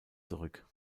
zurück